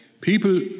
people